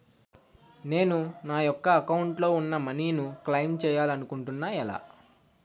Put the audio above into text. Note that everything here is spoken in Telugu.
నేను నా యెక్క అకౌంట్ లో ఉన్న మనీ ను క్లైమ్ చేయాలనుకుంటున్నా ఎలా?